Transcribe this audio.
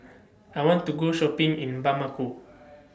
I want to Go Shopping in Bamako